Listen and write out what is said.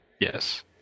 Yes